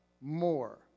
more